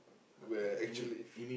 where actually